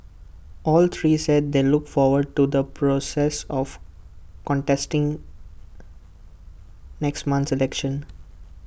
all three said they look forward to the process of contesting next month's election